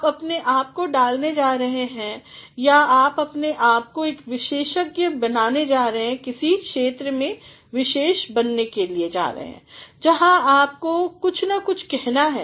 आप अपने आप को डालने जा रहे हैं या आप अपने आप को एक विषज्ञ बनाने जा रहे हैं या किसी क्षेत्र में विशेष बनने जा रहे हैं जहाँ आप को कुछ ना कुछ कहना है